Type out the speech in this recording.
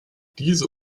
diese